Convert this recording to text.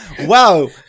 Wow